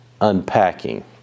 unpacking